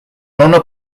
nonno